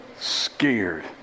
scared